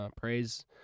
praise